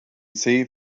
see